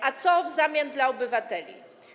A co w zamian dla obywateli?